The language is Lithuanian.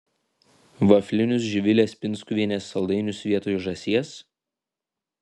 vaflinius živilės pinskuvienės saldainius vietoj žąsies